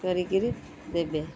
କରିକିରି ଦେବେ